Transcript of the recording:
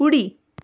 उडी